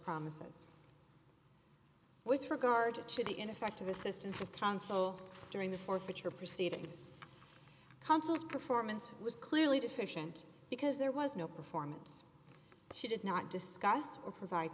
promises with regard to the ineffective assistance of counsel during the forfeiture proceedings consuls performance was clearly deficient because there was no performance she did not discuss or provide